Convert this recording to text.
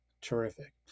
terrific